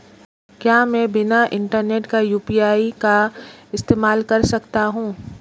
क्या मैं बिना इंटरनेट के यू.पी.आई का इस्तेमाल कर सकता हूं?